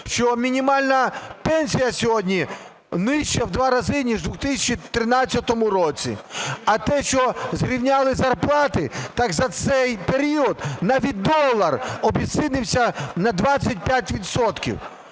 що мінімальна пенсія сьогодні нижча в 2 рази, ніж в 2013 році. А те, що зрівняли зарплати, так за цей період навіть долар обезцінився на 25